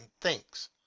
thinks